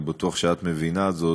אני בטוח שאת מבינה זאת,